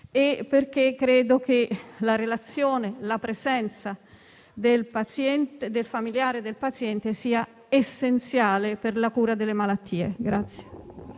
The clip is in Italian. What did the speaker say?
perché credo che la presenza del familiare del paziente sia essenziale per la cura delle malattie.